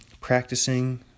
Practicing